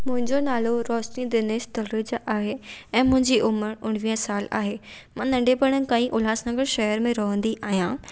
मुंहिंजो नालो रोशनी दिनेश तलरेजा आहे ऐं मुंहिंजी उमिरि उणिवीह साल आहे मां नंढपण खां ई उल्हास नगर शहर में रहंदी आहियां